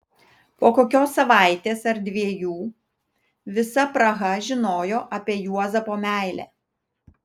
po kokios savaitės ar dviejų visa praha žinojo apie juozapo meilę